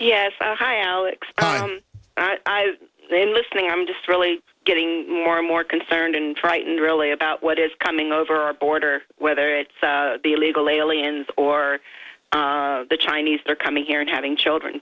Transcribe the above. yes hi alex i've been listening i'm just really getting more and more concerned and frightened really about what is coming over our border whether it's the illegal aliens or the chinese they're coming here and having children